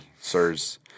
sirs